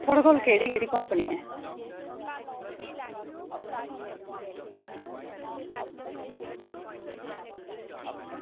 खुआढ़े कोल केह्ड़ी केह्ड़ी कंपनी ऐ